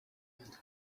and